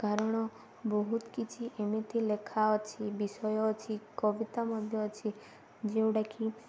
କାରଣ ବହୁତ କିଛି ଏମିତି ଲେଖା ଅଛି ବିଷୟ ଅଛି କବିତା ମଧ୍ୟ ଅଛି ଯେଉଁଟାକି